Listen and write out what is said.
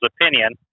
opinion